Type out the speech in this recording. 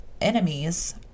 enemies